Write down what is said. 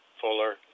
fuller